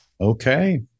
okay